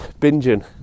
binging